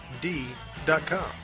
D.com